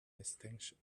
extension